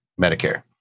Medicare